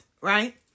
Right